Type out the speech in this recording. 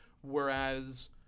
whereas